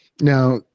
Now